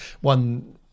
One